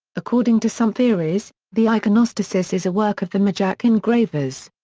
according to some theories, the iconostasis is a work of the mijak engravers.